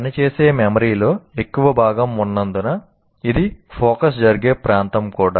పని చేసే మెమరీలో ఎక్కువ భాగం ఉన్నందున ఇది ఫోకస్ జరిగే ప్రాంతం కూడా